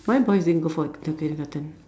why boys didn't go for the kindergarten